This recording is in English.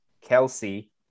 Kelsey